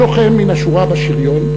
כלוחם מן השורה בשריון,